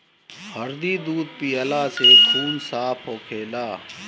हरदी दूध पियला से खून साफ़ होखेला